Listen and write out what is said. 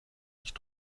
nicht